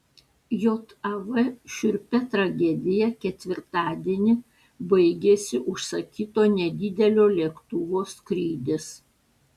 jav šiurpia tragedija ketvirtadienį baigėsi užsakyto nedidelio lėktuvo skrydis